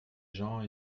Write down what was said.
gens